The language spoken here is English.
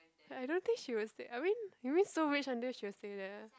ya I don't think she will say I mean you mean so rage until she'll say that ah